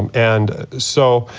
um and so,